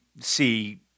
see